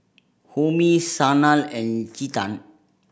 Homi Sanal and Chetan